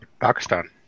Pakistan